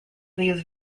these